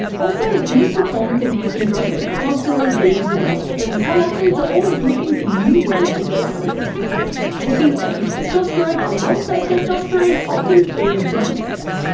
also, new performance enhancing drugs are constantly being developed and some athletes are always looking for new ways to dope undetected. taking epitestosterone alongside testosterone often fools drug tests,